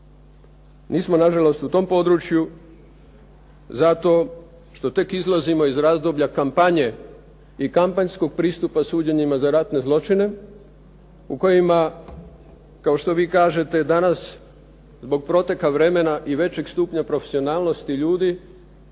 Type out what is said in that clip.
Nismo nažalost u tom području zato što tek izlazimo iz razdoblja kampanje i kampanjskog pristupa suđenjima za ratne zločine u kojima, kao što vi kažete, danas zbog proteka vremena i većeg stupnja profesionalnosti ljudi